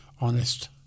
honest